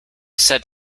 said